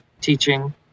teaching